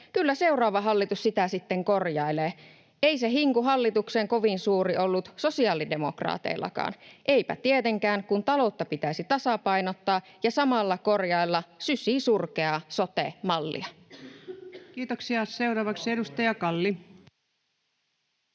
kyllä seuraava hallitus sitä sitten korjailee? Ei se hinku hallitukseen kovin suuri ollut sosiaalidemokraateillakaan. Eipä tietenkään, kun taloutta pitäisi tasapainottaa ja samalla korjailla sysisurkeaa sote-mallia. [Speech 306]